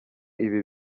ibi